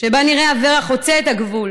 שבה נראה אברה חוצה את הגבול